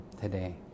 today